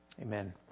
amen